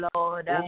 Lord